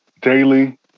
daily